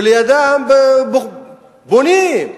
ולידם בונים.